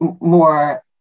more